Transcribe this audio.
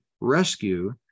rescue